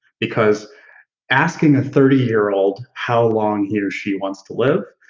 because asking a thirty year old how long he or she wants to live,